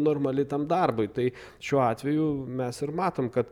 normali tam darbui tai šiuo atveju mes ir matom kad